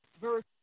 verse